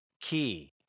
key